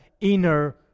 inner